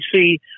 see